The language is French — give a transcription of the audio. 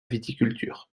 viticulture